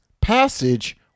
passage